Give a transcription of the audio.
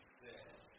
says